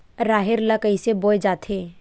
राहेर ल कइसे बोय जाथे?